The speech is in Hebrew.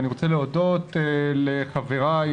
אני רוצה להודות לחבריי,